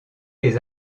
les